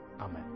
Amen